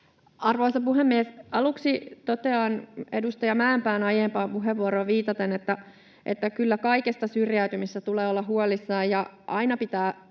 Arvoisa puhemies! Aluksi totean edustaja Mäenpään aiempaan puheenvuoroon viitaten, että kyllä kaikesta syrjäytymisestä tulee olla huolissaan ja aina pitää